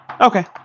Okay